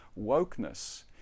Wokeness